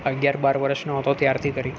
અગિયાર બાર વર્ષનો હતો ત્યારથી કરી